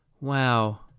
Wow